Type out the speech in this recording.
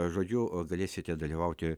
žodžiu galėsite dalyvauti